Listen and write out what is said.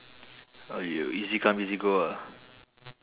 oh you easy come easy go ah